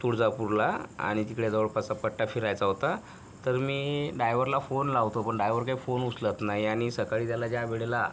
तुळजापूरला आणि तिकडे जवळपासचा पट्टा फिरायचा होता तर मी डायवरला फोन लावतो पण डायवर काही फोन उचलत नाही आणि सकाळी त्याला ज्या वेळेला